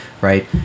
right